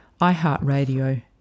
iHeartRadio